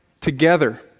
together